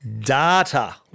Data